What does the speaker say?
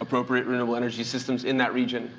appropriate renewable energy systems in that region,